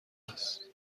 است